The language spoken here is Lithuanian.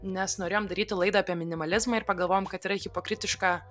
nes norėjom daryti laidą apie minimalizmą ir pagalvojom kad yra hipokritiška